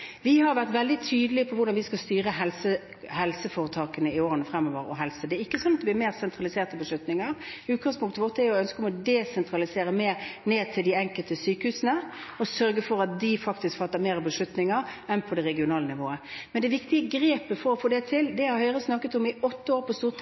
Vi har vært tydelige på hvordan vi skal styre helseforetakene og helsepolitikken i årene fremover. Det er ikke slik at det blir flere sentraliserte beslutninger. Utgangspunktet vårt er ønsket om å desentralisere, sørge for at de enkelte sykehusene fatter flere beslutninger enn det gjøres på regionalt nivå. Det viktige grepet for å få det